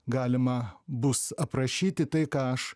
galima bus aprašyti tai ką aš